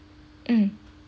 mm